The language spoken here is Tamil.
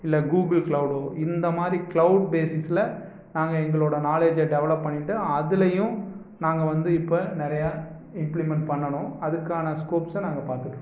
இல்லை கூகுள் க்ளௌடோ இந்த மாதிரி க்ளௌட் பேசிஸில் நாங்கள் எங்களோடய நாலேஜை டெவலப் பண்ணிகிட்டு அதுலையும் நாங்கள் வந்து இப்போ நிறையா இம்ப்ளிமெண்ட் பண்ணணும் அதுக்கான ஸ்கோப்ஸை நாங்கள் பார்த்துட்ருக்கோம்